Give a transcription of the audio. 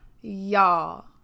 y'all